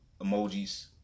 emojis